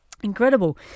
Incredible